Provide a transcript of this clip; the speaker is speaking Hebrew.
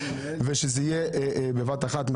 ושזה יהיה בבת אחת,